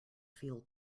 feel